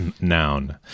Noun